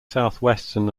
southwestern